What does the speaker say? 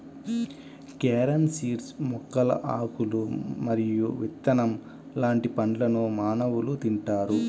carom seeds మొక్కల ఆకులు మరియు విత్తనం లాంటి పండ్లను మానవులు తింటారు